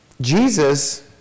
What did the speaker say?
Jesus